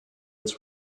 its